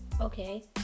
Okay